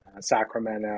Sacramento